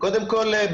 קודם כול,